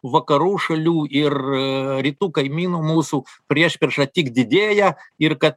vakarų šalių ir rytų kaimynų mūsų priešprieša tik didėja ir kad